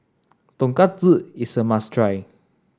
Tonkatsu is a must try